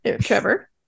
Trevor